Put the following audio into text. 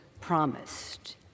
promised